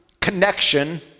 connection